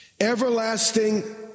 everlasting